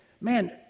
man